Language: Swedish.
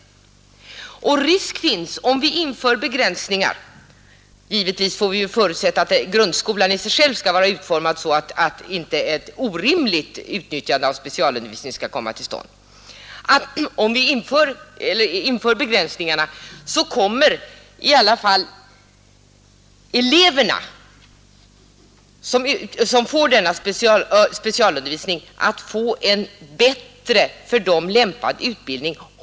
Om vi inför begränsningar, finns risk — givetvis får vi förutsätta att grundskolan i sig själv skall vara utformad så att inte ett orimligt utnyttjande av specialundervisning skall komma till stånd — för att de elever som behöver denna specialundervisning inte får en för dem lämpad utbildning.